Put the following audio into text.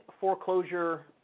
foreclosure